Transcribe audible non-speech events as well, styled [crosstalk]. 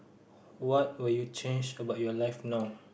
[breath] what would you change about your life now